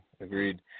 agreed